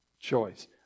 Choice